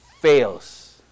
fails